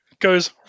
Goes